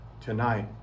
Tonight